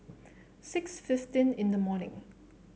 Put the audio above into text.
six fifteen in the morning